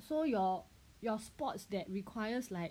so your your sports that requires like